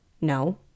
No